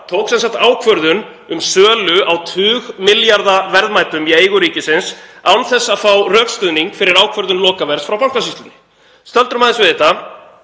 tók sem sagt ákvörðun um sölu á tugmilljarða verðmætum í eigu ríkisins án þess að fá rökstuðning fyrir ákvörðun lokaverðs frá Bankasýslunni. Stöldrum aðeins við þetta